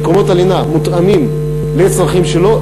מקומות הלינה מותאמים לצרכים שלו,